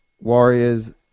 Warriors